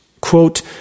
Quote